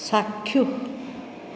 চাক্ষুষ